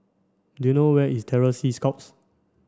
do you know where is Terror Sea Scouts